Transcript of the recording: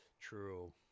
True